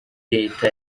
leta